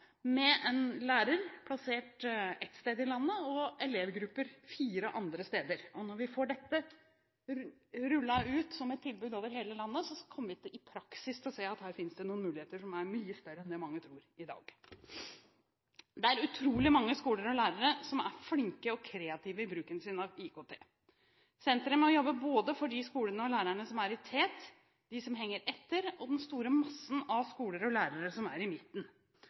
med en lærer plassert et sted i landet og elevgrupper fire andre steder. Når vi får dette rullet ut som et tilbud over hele landet, kommer vi i praksis til å se at her finnes det noen muligheter som er mye større enn det mange tror i dag. Det er utrolig mange skoler og lærere som er flinke og kreative i sin bruk av IKT. Senteret må jobbe både for de skolene og lærerne som er i tet, de som henger etter, og den store massen av skoler og lærere som er i midten.